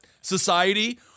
society